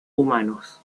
humanos